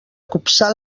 copsar